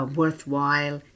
worthwhile